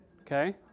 Okay